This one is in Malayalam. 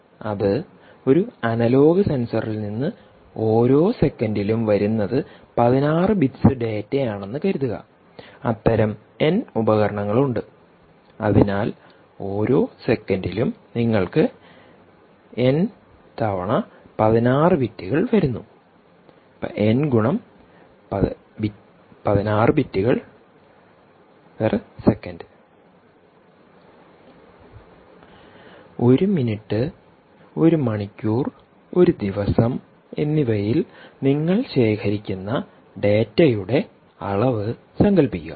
അത് ഒരു അനലോഗ് സെൻസറിൽ നിന്ന് ഓരോ സെക്കൻഡിലും വരുന്നത് 16 ബിറ്റ്സ് ഡാറ്റയാണെന്ന് കരുതുക അത്തരം N ഉപകരണങ്ങളുണ്ട് അതിനാൽ ഓരോ സെക്കൻഡിലും നിങ്ങൾക്ക് n തവണ 16 ബിറ്റുകൾ വരുന്നു N × 16 ബിറ്റുകൾ സെക്കൻഡ് 1 മിനിറ്റ് 1 മണിക്കൂർ 1 ദിവസം എന്നിവയിൽ നിങ്ങൾ ശേഖരിക്കുന്ന ഡാറ്റയുടെ അളവ് സങ്കൽപ്പിക്കുക